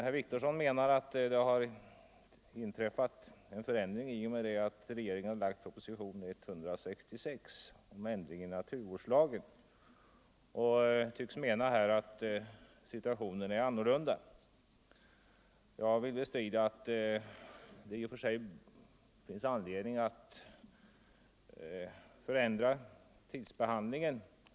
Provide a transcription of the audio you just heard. Herr Wictorsson anser att en förändring har inträffat i och med att regeringen framlagt propositionen 166 med förslag till ändringar i naturvårdslagen. Han tycks mena att situationen nu är annorlunda. Jag bestrider dock att det finns anledning att fördenskull förändra tidsbehandlingen.